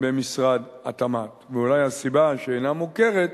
במשרד התמ"ת, ואולי הסיבה שהיא אינה מוכרת